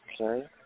Okay